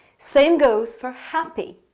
same goes for happy.